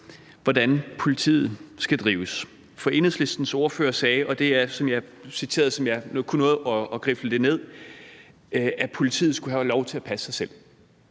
hvordan politiet skal drives. For Enhedslistens ordfører sagde, og det er citeret sådan, som jeg kunne nå at grifle det ned, at politiet skulle have lov til at passe sig selv.